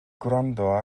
gwrando